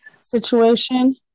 situation